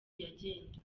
yagenze